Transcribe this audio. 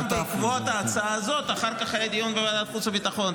היה דיון בוועדת חוץ וביטחון.